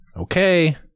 Okay